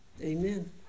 Amen